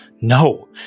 No